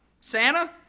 Santa